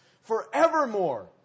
forevermore